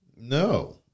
No